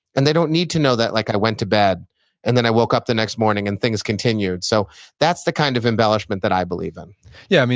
and they don't need to know that like i went to bed and then i woke up the next morning and things continued. so that's the kind of embellishment that i believe in yeah.